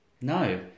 No